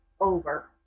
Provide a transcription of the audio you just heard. over